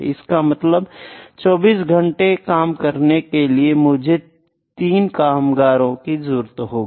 इसका मतलब 24 घंटे काम करने के लिए मुझे 3 कामगारों की जरूरत होगी